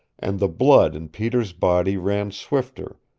and the blood in peter's body ran swifter,